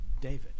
David